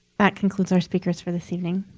that concludes our speakers for this evening.